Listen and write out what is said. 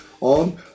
on